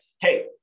hey